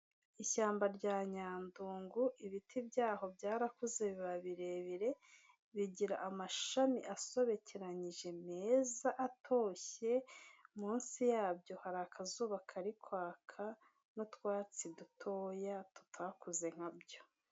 Ishyamba rya nyandungu, ibiti byaho byarakuze biba birebire, bigira amashami asobekeranyije, meza, atoshye, munsi yabyo hari akazuba kari kwaka, n'utwatsi dutoya tutakuze nka byo.